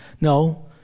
No